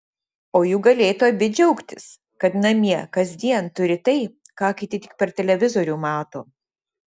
o juk galėtų abi džiaugtis kad namie kasdien turi tai ką kiti tik per televizorių mato